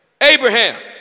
Abraham